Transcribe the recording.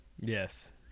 Yes